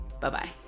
bye-bye